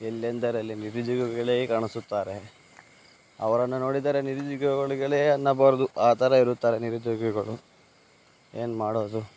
ಎಲ್ಲೆಂದರಲ್ಲಿ ನಿರುದ್ಯೋಗಿಗಳೇ ಕಾಣಿಸುತ್ತಾರೆ ಅವರನ್ನು ನೋಡಿದರೆ ನಿರುದ್ಯೋಗಗಳಿಗಳೇ ಅನ್ನಬಾರದು ಆ ಥರ ಇರುತ್ತಾರೆ ನಿರುದ್ಯೋಗಿಗಳು ಏನು ಮಾಡೋದು